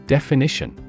Definition